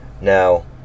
Now